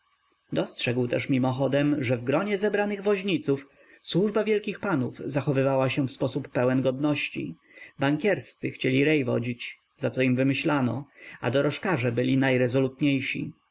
dostrzegł też mimochodem że w gronie zebranych woźniców służba wielkich panów zachowywała się w sposób pełen godności bankierscy chcieli rej wodzić za co im wymyślano a dorożkarze byli najrezolutniejsi